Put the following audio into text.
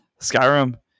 skyrim